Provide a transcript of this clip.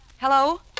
Hello